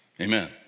Amen